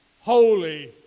Holy